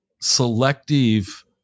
selective